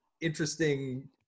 interesting